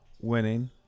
winning